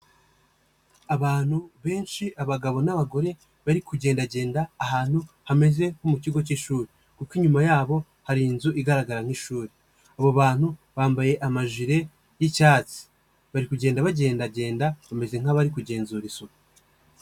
Abantu benshi abagabo n'abagore bari kugendagenda ahantu hameze nko mu kigo k'ishuri kuko inyuma yabo hari inzu igaragara nk'ishuri, abo bantu bambaye amajire y'icyatsi bari kugenda bagendagenda bameze nk'abari kugenzura isuku.